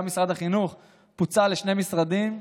גם משרד החינוך פוצל לשני משרדים: